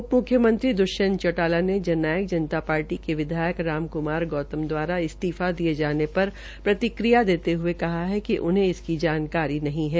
उपम्ख्यमंत्री दृष्यंत चौटाला ने Jannayak Janta Party के विधायक राजकुमार गौतम दवारा इस्तीफा दिये जाने पर प्रतिक्रिया देते हये कहा कि उन्हें इसकी जानकारी नहीं है